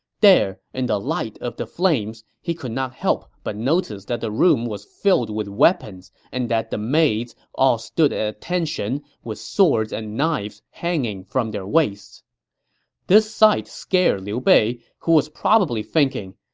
there, in the light of the flames, he could not help but notice that the room was filled with weapons and that the maids all stood at attention with swords and knives hanging from their waists this sight scared liu bei, who was probably thinking,